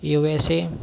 USA